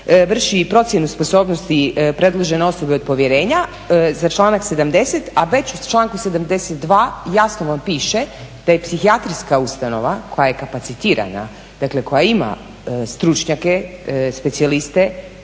vrši i procjenu sposobnosti predložene osobe od povjerenja za članak 70., a već u članku 72. jasno vam piše da je psihijatrijska ustanova koja je kapacitirana, dakle koja ima stručnjaka, specijaliste,